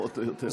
פחות או יותר.